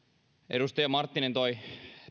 edustaja marttinen toi